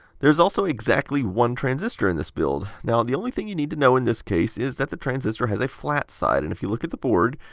there's also exactly one transistor in this build. now, the only thing you need to know in this case, is that the transistor has a flat side. and if you look at the board,